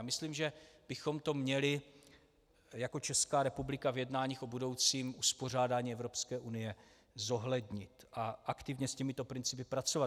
Myslím, že bychom to měli jako Česká republika v jednáních o budoucím uspořádání Evropské unie zohlednit a aktivně s těmito principy pracovat.